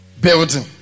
building